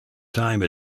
time